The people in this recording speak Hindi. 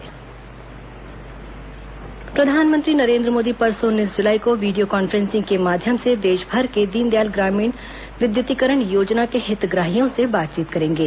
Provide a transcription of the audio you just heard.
प्रधानमंत्री बातचीत प्रधानमंत्री नरेन्द्र मोदी परसों उन्नीस जुलाई को वीडियो कॉन्फ्रेंसिंग के माध्यम से देशभर के दीनदयाल ग्रामीण विद्युतीकरण योजना के हितग्राहियों से बातचीत करेंगे